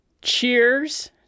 Cheers